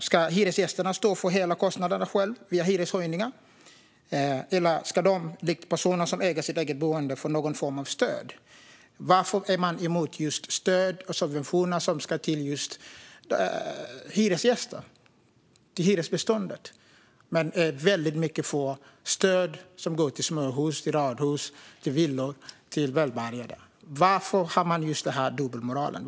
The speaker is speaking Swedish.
Ska hyresgästerna stå för hela kostnaderna själva, via hyreshöjningar? Eller ska de, likt personer som äger sitt eget boende, få någon form av stöd? Varför är man emot stöd och subventioner som ska gå till just hyresgäster och hyresbeståndet, medan man är väldigt mycket för stöd som går till småhus, radhus, villor och välbärgade människor? Varför har man den dubbelmoralen?